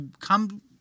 come